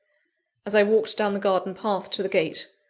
as i walked down the garden-path to the gate,